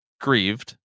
grieved